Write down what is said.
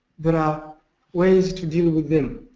there are ways to deal with them.